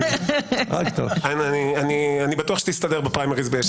אני בטוח שתסתדר בפריימריז.